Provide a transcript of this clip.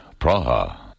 Praha